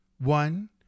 One